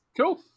cool